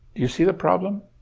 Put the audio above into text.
you see the problem?